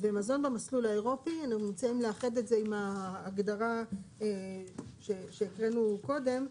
ומזון במסלול האירופי אנחנו רוצים לאחד את זה עם ההגדרה שהבאנו קודם,